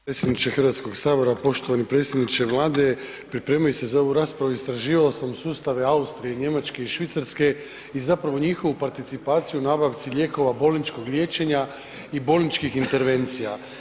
predsjedniče HS, poštovani predsjedniče Vlade, pripremajući se za ovu raspravu istraživao sam sustave Austrije, Njemačke i Švicarske i zapravo njihovu participaciju u nabavci lijekova bolničkog liječenja i bolničkih intervencija.